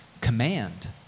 command